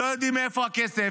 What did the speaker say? לא יודע מאיפה הכסף,